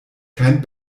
kein